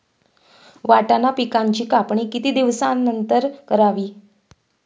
वाटाणा पिकांची कापणी किती दिवसानंतर करावी?